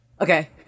Okay